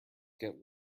get